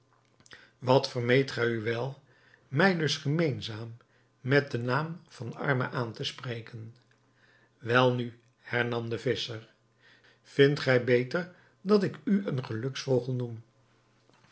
wat vermeet gij u wel mij dus gemeenzaam met den naam van arme aan te spreken welnu hernam de visscher vindt gij beter dat ik u een geluksvogel noem